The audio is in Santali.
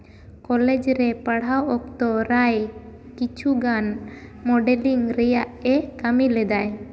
ᱠᱚᱞᱮᱡᱽ ᱨᱮ ᱯᱟᱲᱦᱟᱣ ᱚᱠᱛᱚ ᱨᱟᱭ ᱠᱤᱪᱷᱩᱜᱟᱱ ᱢᱚᱰᱮᱞᱤᱝ ᱨᱮᱭᱟᱜ ᱮ ᱠᱟᱹᱢᱤ ᱞᱮᱫᱟᱭ